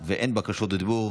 ואין בקשות דיבור.